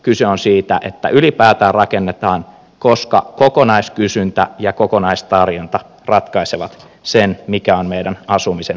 kyse on siitä että ylipäätään rakennetaan koska kokonaiskysyntä ja kokonaistarjonta ratkaisevat sen mikä on meidän asumisen hintataso